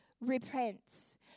repents